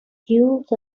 guilt